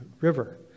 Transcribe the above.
river